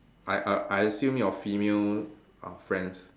I I I assume your female uh friends